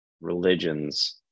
religions